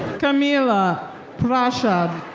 kameela prashad.